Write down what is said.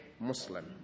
Muslim